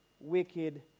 wicked